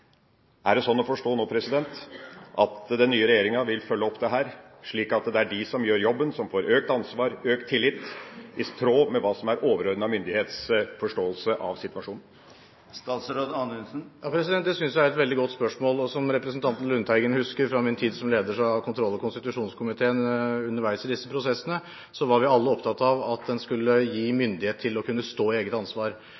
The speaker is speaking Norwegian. Er det sånn å forstå at den nye regjeringa vil følge opp dette, slik at det er de som gjør jobben, som får økt ansvar og økt tillit, i tråd med hva som er overordnet myndighets forståelse av situasjonen? Det synes jeg er et veldig godt spørsmål. Som representanten Lundteigen husker fra min tid som leder i kontroll- og konstitusjonskomiteen underveis i disse prosessene, var vi alle opptatt av at en skulle gi